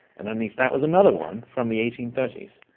and underneath that was another one from the eighteen thirty s,